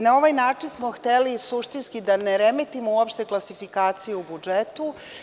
Na ovaj način smo hteli suštinski da ne remetimo uopšte klasifikaciju u budžetu.